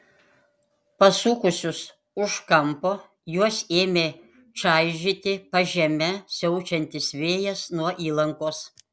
pasukusius už kampo juos ėmė čaižyti pažeme siaučiantis vėjas nuo įlankos